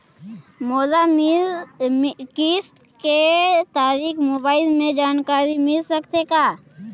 मोला किस्त के तारिक मोबाइल मे जानकारी मिल सकथे का?